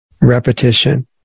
repetition